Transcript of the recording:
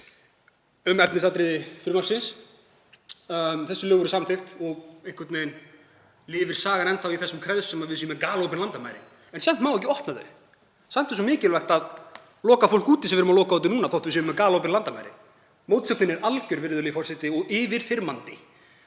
um efnisatriði frumvarpsins. Tókst ekki mjög vel. Lögin voru samþykkt og einhvern veginn lifir sú saga enn þá í þessum kreðsum að við séum með galopin landamærin. En samt má ekki opna þau. Samt er svo mikilvægt að loka fólk úti sem við erum að loka úti núna þótt við séum með galopin landamærin. Mótsögnin er alger, virðulegur forseti, og yfirþyrmandi.